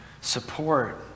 support